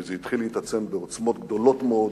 וזה התחיל להתעצם בעוצמות גדולות מאוד.